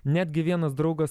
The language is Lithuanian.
netgi vienas draugas